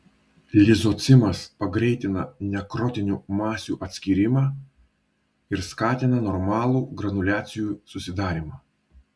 lizocimas pagreitina nekrotinių masių atskyrimą ir skatina normalų granuliacijų susidarymą